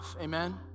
amen